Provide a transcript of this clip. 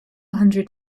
hundred